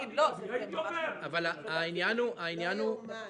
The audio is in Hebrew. אבל העניין הוא --- זה לא יאומן.